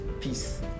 peace